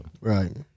Right